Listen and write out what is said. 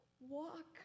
walk